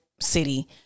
city